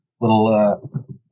little